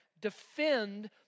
defend